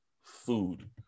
food